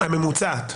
הממוצעת.